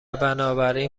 بنابراین